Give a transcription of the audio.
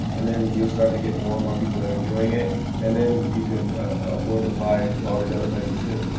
and then you'll start to get more and more people that are viewing it and then you can afford to fly to all these other places too.